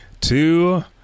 two